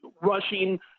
rushing